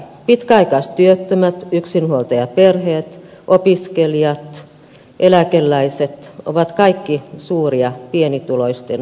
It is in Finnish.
pitkäaikaistyöttömät yksinhuoltajaperheet opiskelijat eläkeläiset ovat kaikki suuria pienituloisten ryhmiä